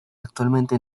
actualmente